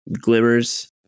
glimmers